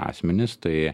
asmenis tai